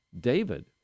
David